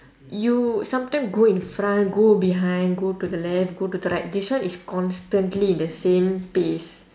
you sometime go in front go behind go to the left go to the right this one is constantly in the same pace